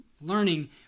learning